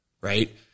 right